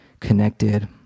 connected